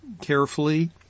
carefully